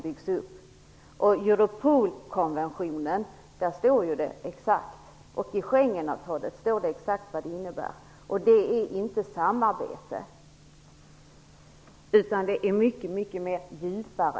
I Europolkonventionen och Schengenavtalet står det exakt vad de innebär. Det är inte bara samarbete utan någonting mycket djupare.